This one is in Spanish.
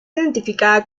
identificada